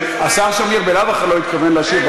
השר שמיר בלאו הכי לא התכוון להשיב,